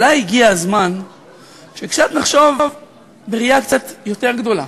אולי הגיע הזמן שקצת נחשוב בראייה קצת יותר גדולה.